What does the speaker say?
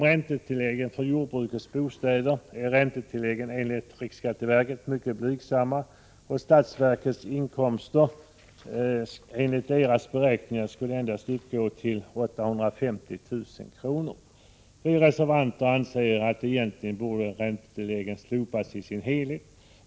Ränteilläggen för jordbrukets bostäder är enligt riksskatteverket mycket blygsamma, och statsverkets inkomster skulle enligt riksskatteverkets beräkningar uppgå endast till 850 000 kr. Vi reservanter anser att räntetilläggen egentligen borde slopas i sin helhet.